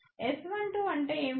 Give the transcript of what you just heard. S12 అంటే ఏమిటి